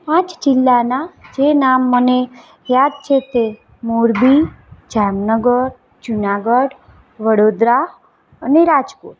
પાંચ જિલ્લાનાં જે નામ મને યાદ છે તે મોરબી જામનગર જુનાગઢ વડોદરા અને રાજકોટ